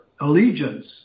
allegiance